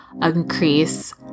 increase